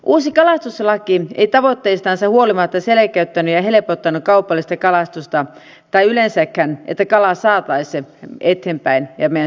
uusi kalastuslaki ei tavoitteistansa huolimatta selkeyttänyt ja helpottanut kaupallista kalastusta tai yleensäkään sitä että kalaa saataisi eteenpäin ja meidän syötäväksi